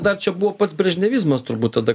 dar čia buvo pats brežnevizmas turbūt tada